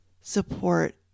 support